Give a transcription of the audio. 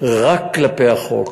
רק כלפי החוק.